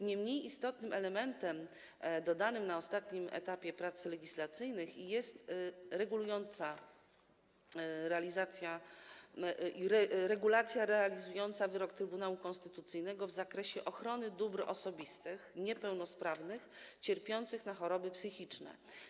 Nie mniej istotnym elementem dodanym na ostatnim etapie prac legislacyjnych jest regulująca realizująca wyrok Trybunału Konstytucyjnego w zakresie ochrony dóbr osobistych niepełnosprawnych cierpiących na choroby psychiczne.